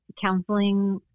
counseling